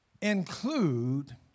include